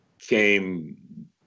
came